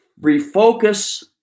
refocus